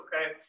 Okay